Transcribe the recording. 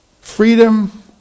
Freedom